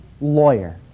lawyer